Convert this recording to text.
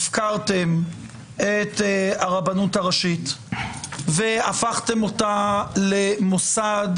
הפקרתם את הרבנות הראשית והפכתם אותה למוסד